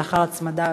לאחר הצמדה,